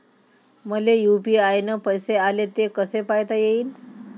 मले यू.पी.आय न पैसे आले, ते कसे पायता येईन?